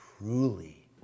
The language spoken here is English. truly